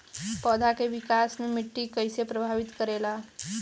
पौधा के विकास मे मिट्टी कइसे प्रभावित करेला?